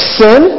sin